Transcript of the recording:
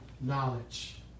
knowledge